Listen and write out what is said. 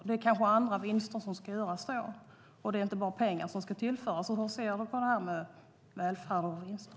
Det kanske är andra vinster som ska göras då och inte bara pengar som ska tillföras. Hur ser du på detta med välfärd och vinster?